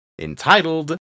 entitled